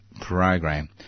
program